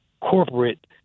corporate